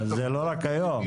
זה לא רק היום.